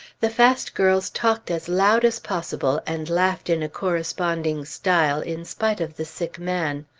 the fast girls talked as loud as possible and laughed in a corresponding style in spite of the sick man.